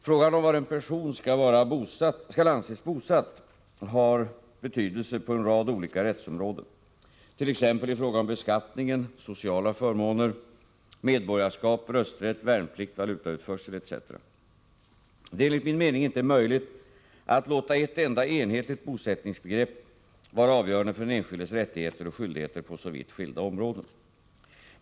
Frågan om var en person skall anses bosatt har betydelse på en rad olika rättsområden, t.ex. i fråga om beskattningen, sociala förmåner, medborgarskap, rösträtt, värnplikt, valutautförsel etc. Det är enligt min mening inte möjligt att låta ett enda enhetligt bosättningsbegrepp vara avgörande för den enskildes rättigheter och skyldigheter på så vitt skilda områden.